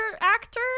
actor